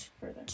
further